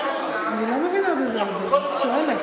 אני לא מבינה בזה הרבה, אני שואלת.